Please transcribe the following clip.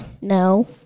No